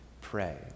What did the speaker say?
pray